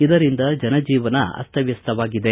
ಇದರಿಂದ ಜನಜೀವನ ಅಸ್ತಮ್ವಸ್ತವಾಗಿದೆ